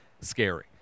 scary